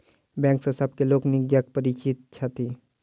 bank सॅ सभ लोक नीक जकाँ परिचित छथि